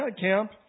camp